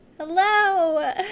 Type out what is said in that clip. Hello